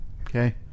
Okay